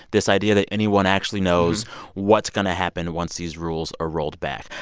this idea that anyone actually knows what's going to happen once these rules are rolled back.